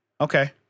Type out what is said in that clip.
Okay